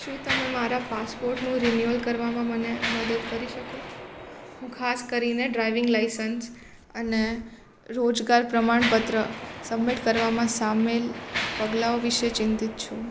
શું તમે મારા પાસપોર્ટનું રીન્યુઅલ કરવામાં મને મદદ કરી શકો હું ખાસ કરીને ડ્રાઇવિંગ લાયસન્સ અને રોજગાર પ્રમાણપત્ર સબમિટ કરવામાં સામેલ પગલાંઓ વિશે ચિંતિત છું